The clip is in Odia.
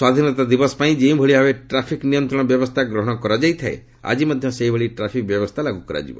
ସ୍ୱାଧୀନତା ଦିବସ ପାଇଁ ଯେଉଁଭଳି ଭାବେ ଟ୍ରାଫିକ୍ ନିୟନ୍ତ୍ରଣ ବ୍ୟବସ୍ଥା ଗ୍ରହଣ କରାଯାଇଥାଏ ଆଜି ମଧ୍ୟ ସେହିଭଳି ଟ୍ରାଫିକ୍ ବ୍ୟବସ୍ଥା ଲାଗୁ କରାଯିବ